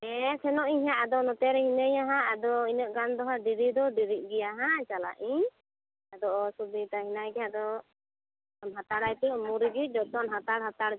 ᱦᱮᱸ ᱥᱮᱱᱚᱜ ᱤᱧ ᱦᱟᱜ ᱟᱫᱚ ᱱᱚᱛᱮ ᱨᱮ ᱦᱮᱱᱟᱹᱧᱟ ᱟᱦᱟᱜ ᱟᱫᱚ ᱤᱱᱟᱹᱜ ᱜᱟᱱ ᱫᱚᱦᱟᱜ ᱫᱮᱨᱤ ᱫᱚ ᱫᱮᱨᱤᱜ ᱜᱮᱭᱟ ᱦᱟᱜ ᱪᱟᱞᱟᱜ ᱤᱧ ᱟᱫᱚ ᱚᱥᱩᱵᱤᱫᱟ ᱦᱮᱱᱟᱭ ᱠᱦᱟᱡ ᱫᱚ ᱮᱢ ᱦᱟᱛᱟᱲ ᱟᱭᱯᱮ ᱩᱢᱩᱞ ᱨᱤᱜᱤ ᱡᱚᱛᱚᱱ ᱦᱟᱛᱟᱲ ᱦᱟᱛᱟᱲ